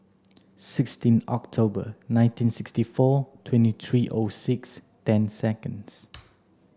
sixteen October nineteen sixty four twenty three O six ten seconds